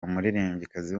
umuririmbyikazi